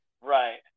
right